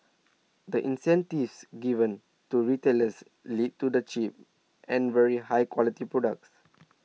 the incentives given to retailers lead to the cheap and very high quality products